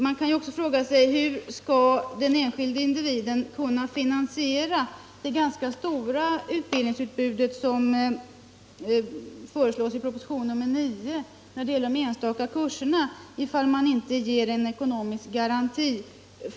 Man kan också fråga sig hur den enskilde individen skall kunna finansiera det ganska stora utbildningsutbud som föreslås i propositionen 9 när det gäller de enstaka kurserna i fall man inte ger en ekonomisk garanti.